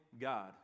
God